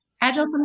Agile